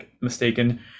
mistaken